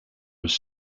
was